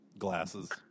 Glasses